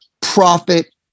profit